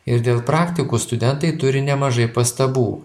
ir dėl praktikų studentai turi nemažai pastabų